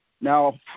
Now